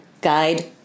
guide